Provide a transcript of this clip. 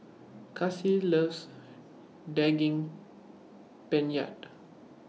Kassie loves Daging Penyet